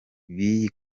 b’iyi